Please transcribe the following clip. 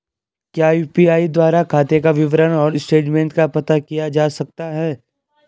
क्या यु.पी.आई द्वारा खाते का विवरण और स्टेटमेंट का पता किया जा सकता है?